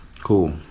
Cool